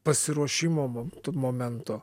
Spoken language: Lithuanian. pasiruošimo mo to momento